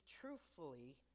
truthfully